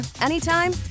anytime